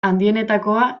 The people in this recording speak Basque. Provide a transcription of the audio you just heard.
handienetakoa